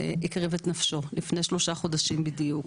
הקריב את נפשו לפני שלושה חודשים בדיוק.